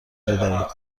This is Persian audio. بدهید